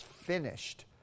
finished